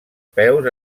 peus